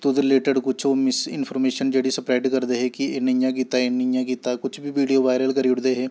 ते ओह्दे रिलेटिड कुछ ओह् मिस इंफर्मेशन जेह्ड़ी स्प्रैड करदे हे कि इन्न इ'यां कीता इन्न इ'यां कीता कुछ बी वीडियो वायरल करी ओड़दे हे